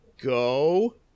go